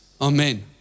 Amen